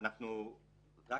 - אנחנו רק